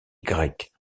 grecs